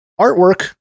artwork